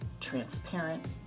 transparent